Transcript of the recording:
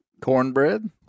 Cornbread